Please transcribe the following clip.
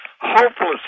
hopeless